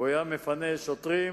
הוא היה מפנה שוטרים